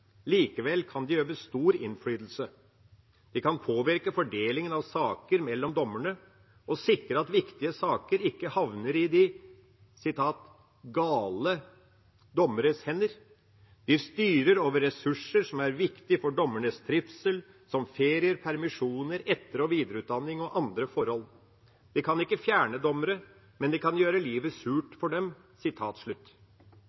Likevel kan de øve stor innflytelse. De kan påvirke fordelingen av saker mellom dommerne og sikre at viktige saker ikke havner i de «gale» dommernes hender. De styrer over ressurser som er viktig for dommernes trivsel, som ferier, permisjoner, etter- og videreutdanning og andre forhold. De kan ikke fjerne dommere, men de kan gjøre livet surt